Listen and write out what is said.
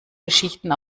geschichten